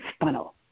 funnel